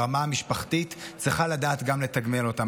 ברמה המשפחתית, צריכה גם לדעת לתגמל אותם.